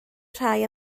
rhai